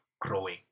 growing